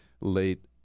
late